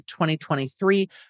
2023